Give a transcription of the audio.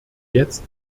jetzt